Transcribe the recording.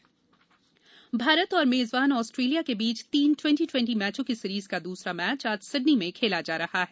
cricket Bharat और मेजबान Australia के बीच तीन टवेन्टी टवेन्टी मैचों की सीरीज का दूसरा मैच आज सिडनी में खेला जा रहा है